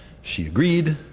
she agreed.